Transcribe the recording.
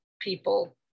people